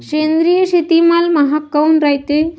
सेंद्रिय शेतीमाल महाग काऊन रायते?